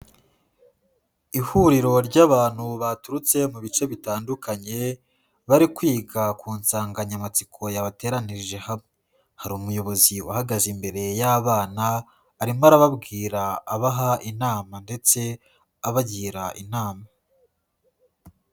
Ihuriro ry'abantu baturutse mu bice bitandukanye bari kwiga ku nsanganyamatsiko yabateranije hamwe. Hari umuyobozi uhagaze imbere y'abana, arimo arababwira abaha inama ndetse abagira inama.